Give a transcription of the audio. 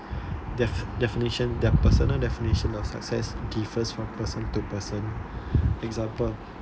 definition their personal definition of success differs from person to person example